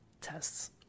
tests